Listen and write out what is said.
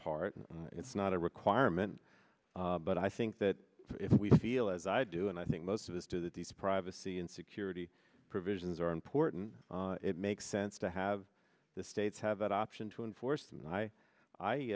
part it's not a requirement but i think that if we feel as i do and i think most of us do that these privacy and security provisions are important it makes sense to have the states have that option to enforce them